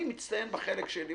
אני מצטיין בחלק שלי,